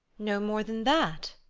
no more than that?